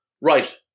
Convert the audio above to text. Right